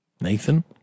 nathan